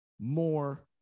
more